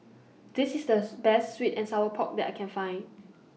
This IS The Best Sweet and Sour Pork that I Can Find